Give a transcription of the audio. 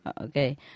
Okay